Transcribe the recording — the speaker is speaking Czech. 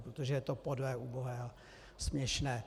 Protože je to podlé, ubohé a směšné.